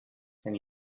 can